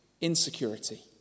insecurity